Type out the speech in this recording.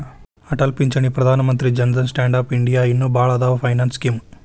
ಅಟಲ್ ಪಿಂಚಣಿ Pradhan Mantri Jan Dhan stand up India ಇನ್ನು ಭಾಳ್ ಅದಾವ್ ಫೈನಾನ್ಸ್ ಸ್ಕೇಮ್